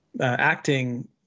acting